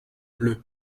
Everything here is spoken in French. bleues